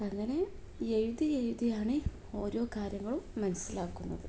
അങ്ങനെ എഴുതി എഴുതിയാണ് ഓരോ കാര്യങ്ങളും മനസ്സിലാക്കുന്നത്